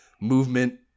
movement